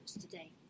today